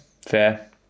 Fair